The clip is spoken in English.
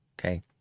Okay